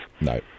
No